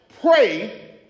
pray